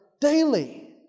Daily